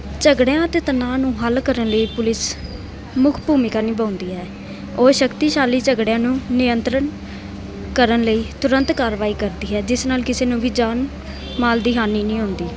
ਝਗੜਿਆਂ ਅਤੇ ਤਨਾਅ ਨੂੰ ਹੱਲ ਕਰਨ ਲਈ ਪੁਲਿਸ ਮੁੱਖ ਭੂਮਿਕਾ ਨਿਭਾਉਂਦੀ ਹੈ ਉਹ ਸ਼ਕਤੀਸ਼ਾਲੀ ਝਗੜਿਆਂ ਨੂੰ ਨਿਯੰਤਰਨ ਕਰਨ ਲਈ ਤੁਰੰਤ ਕਾਰਵਾਈ ਕਰਦੀ ਹੈ ਜਿਸ ਨਾਲ ਕਿਸੇ ਨੂੰ ਵੀ ਜਾਨ ਮਾਲ ਦੀ ਹਾਨੀ ਨਹੀਂ ਹੁੰਦੀ